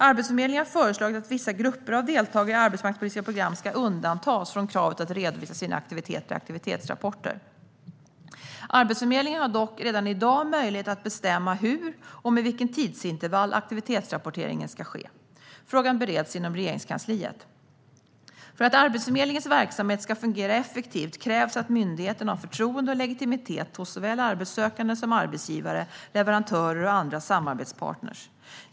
Arbetsförmedlingen har föreslagit att vissa grupper av deltagare i arbetsmarknadspolitiska program ska undantas från kravet att redovisa sina aktiviteter i aktivitetsrapporter. Arbetsförmedlingen har dock redan i dag möjlighet att bestämma hur och med vilket tidsintervall aktivitetsrapporteringen ska ske. Frågan bereds inom Regeringskansliet. För att Arbetsförmedlingens verksamhet ska fungera effektivt krävs att myndigheten har förtroende och legitimitet hos såväl arbetssökande som arbetsgivare, leverantörer och andra samarbetspartner.